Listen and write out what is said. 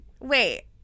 Wait